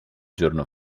giorno